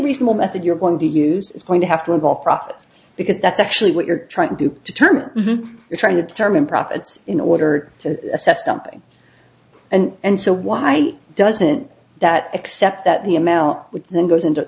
reasonable method you're going to use is going to have to involve profits because that's actually what you're trying to do determine you're trying to determine profits in order to assess dumping and so why doesn't that except that the amount which then goes into